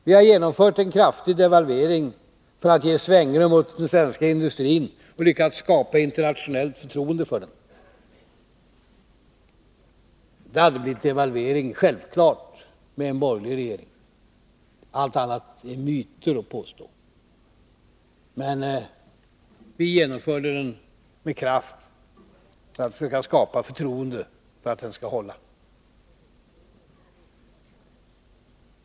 Vi har genomfört en kraftig devalvering för att ge svängrum åt den svenska industrin och lyckats skapa internationellt förtroende för den. Det hade självfallet blivit en devalvering också med en borgerlig regering. Allt annat är myter och påståenden. Men vi genomförde den med kraft för att söka skapa förtroende för att den skall hålla.